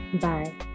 Bye